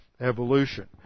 evolution